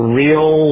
real